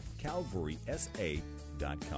calvarysa.com